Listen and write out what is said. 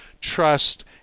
trust